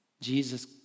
Jesus